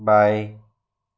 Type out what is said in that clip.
बाएं